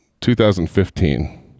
2015